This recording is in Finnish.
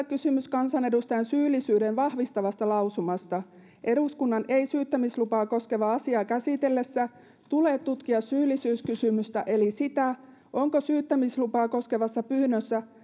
kysymys kansanedustajan syyllisyyden vahvistavasta lausumasta eduskunnan ei syyttämislupaa koskevaa asiaa käsitellessä tule tutkia syyllisyyskysymystä eli sitä onko syyttämislupaa koskevassa pyynnössä